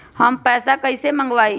हम पैसा कईसे मंगवाई?